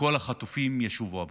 וכל החטופים ישובו הביתה.